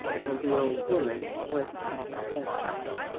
and the old woman was at his bedside.